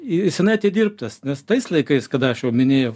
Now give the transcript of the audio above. seniai atidirbtas nes tais laikais kada aš jau minėjau